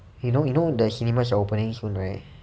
you know you know the cinemas are opening soon right